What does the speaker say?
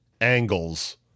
angles